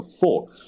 four